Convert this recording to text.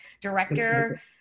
director